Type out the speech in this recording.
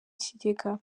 kigega